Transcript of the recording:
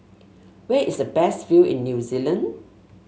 where is the best view in New Zealand